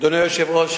אדוני היושב-ראש,